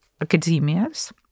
academia's